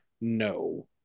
no